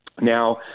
Now